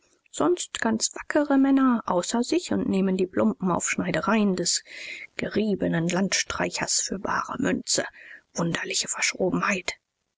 sonst ganz wackere männer außer sich und nehmen die plumpen aufschneidereien des geriebenen landstreichers für bare münze wunderliche verschrobenheit